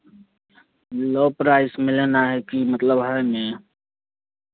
लो price में लेना है कि मतलब हाई में